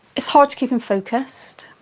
it's hard to keep him focused.